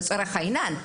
לצורך העניין.